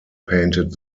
painted